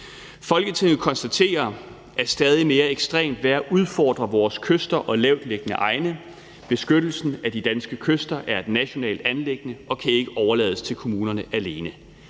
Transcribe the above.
»Folketinget konstaterer, at stadig mere ekstremt vejr udfordrer vores kyster og lavtliggende egne. Beskyttelse af de danske kyster er et nationalt anliggende og kan ikke overlades til kommunerne alene.